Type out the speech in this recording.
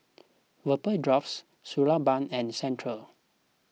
Vapodrops Suu Balm and Centrum